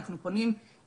אנחנו פונים למנהל,